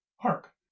hark